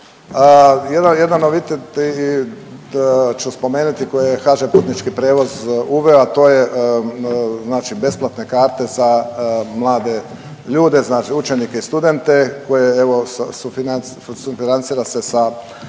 Jedan novitet ću spomenuti koji je HŽ putnički prijevoz uveo, a to je znači besplatne karte za mlade ljude, znači učenike i studente koje evo sufinancira se sa